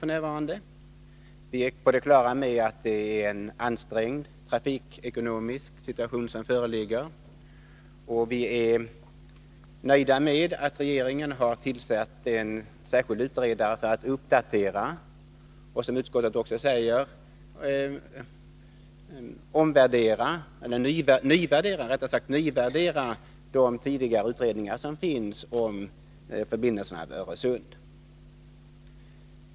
Vi är på det klara med att den trafikekonomiska situationen är ansträngd, och vi är nöjda med att regeringen har tillsatt en särskild utredare för att uppdatera och, som utskottet säger, nyvärdera de tidigare utredningar som finns om förbindelserna över Öresund.